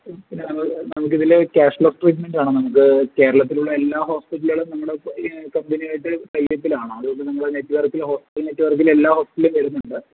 നമുക്ക് ഇതിലെ ഒര് ക്യാഷ് ഫ്ലോ സ്റ്റേറ്റ്മെന്റ് കാണാം നമുക്ക് കേരളത്തിലുള്ള എല്ലാ ഹോസ്പിറ്റലുകളിലും നമ്മളെ ഈ കമ്പനിയുമായിട്ട് ടൈ അപ്പിലാണ് അതുകൊണ്ട് നിങ്ങള് നെറ്റ്വർക്കിൽ ഹോസ്പിറ്റൽ നെറ്റ്വർക്കിലെ എല്ലാ ഹോസ്പിറ്റലിലും വരുന്നുണ്ട്